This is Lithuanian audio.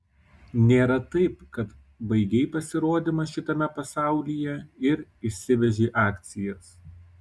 nėra taip kad baigei pasirodymą šitame pasaulyje ir išsivežei akcijas